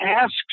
asks